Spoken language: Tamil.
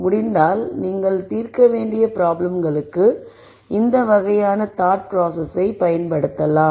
முடிந்தால் நீங்கள் தீர்க்க வேண்டிய ப்ராப்ளம்களுக்கு இந்த வகையான சிந்தனை செயல்முறையைப் பயன்படுத்தலாம்